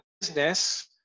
business